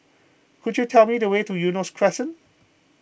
could you tell me the way to Eunos Crescent